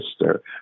sister